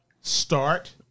start